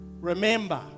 remember